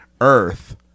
Earth